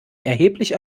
erheblich